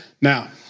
Now